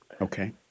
okay